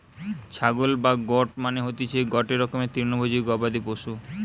ছাগল বা গোট মানে হতিসে গটে রকমের তৃণভোজী গবাদি পশু